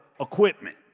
equipment